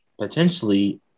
potentially